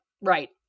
right